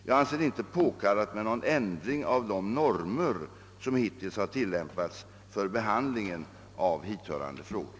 Jag anser det inte påkallat med någon ändring av de normer, som hittills har tillämpats för behandlingen av hithörande frågor.